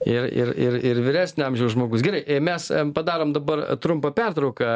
ir ir ir ir vyresnio amžiaus žmogus gerai mes padarom dabar trumpą pertrauką